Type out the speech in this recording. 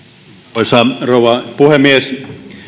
arvoisa rouva puhemies